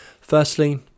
Firstly